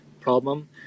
problem